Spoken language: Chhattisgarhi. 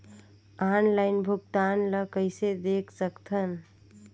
ऑनलाइन भुगतान ल कइसे देख सकथन?